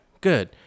good